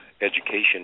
education